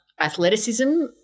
athleticism